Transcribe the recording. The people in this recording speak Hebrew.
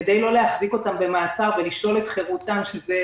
כדי לא להחזיק אותם במעצר ולשלול את חירותם שזה